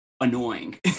annoying